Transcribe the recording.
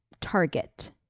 target